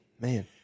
man